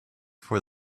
for